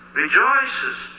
rejoices